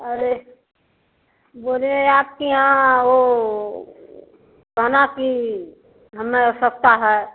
अरे बोले आपके यहाँ वह गहना की हमें आवश्यकता है